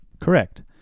Correct